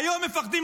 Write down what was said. אתה